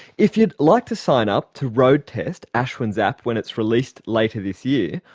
if you'd like to sign up to road-test ashwin's app when it's released later this year,